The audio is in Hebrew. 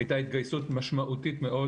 הייתה התגייסות משמעותית מאוד